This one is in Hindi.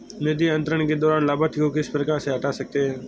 निधि अंतरण के दौरान लाभार्थी को किस प्रकार से हटा सकते हैं?